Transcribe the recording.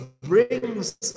brings